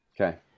Okay